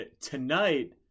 tonight